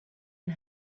and